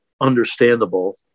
understandable